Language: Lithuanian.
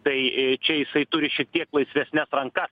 tai čia jisai turi šiek tiek laisvesnes rankas